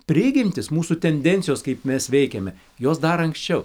prigimtys mūsų tendencijos kaip mes veikiame jos dar anksčiau